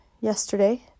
yesterday